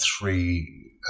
Three